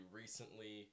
recently